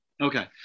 Okay